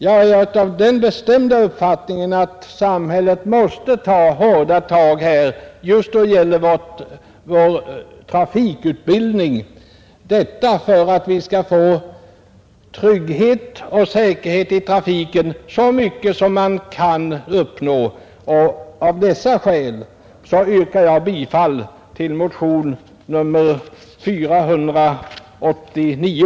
Jag är av den bestämda uppfattningen att samhället måste ta hårda tag just då det gäller vår trafikutbildning för att vi skall få så mycket trygghet och säkerhet i trafiken som man kan uppnå. Av dessa skäl yrkar jag bifall till motionen 489.